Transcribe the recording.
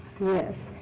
Yes